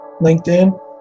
LinkedIn